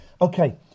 Okay